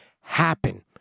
happen